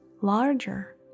larger